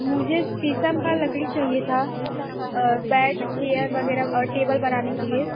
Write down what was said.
मुझे शीशम की लकड़ी चाहिए था और बेड चेयर वग़ैरह और टेबल बनाने के लिए